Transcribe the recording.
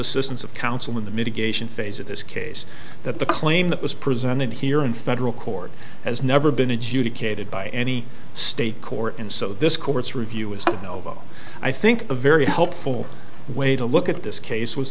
assistance of counsel in the mitigating phase of this case that the claim that was presented here in federal court has never been adjudicated by any state court and so this court's review is no i think a very helpful way to look at this case was